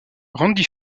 randy